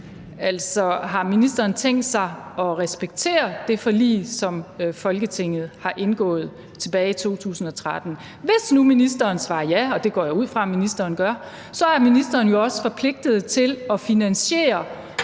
Altså, har ministeren tænkt sig at respektere det forlig, som Folketinget har indgået tilbage i 2013? Hvis nu ministeren svarer ja, og det går jeg ud fra at ministeren gør, så er ministeren jo også forpligtet til at finansiere